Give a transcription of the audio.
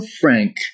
frank